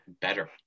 better